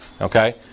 Okay